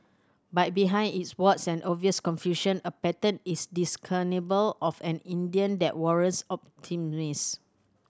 but behind its warts and obvious confusion a pattern is discernible of an Indian that warrants